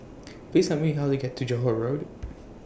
Please Tell Me How to get to Johore Road